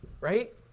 right